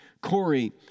Corey